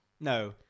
No